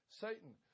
Satan